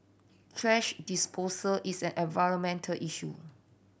thrash disposal is an environmental issue